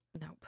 Nope